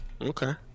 Okay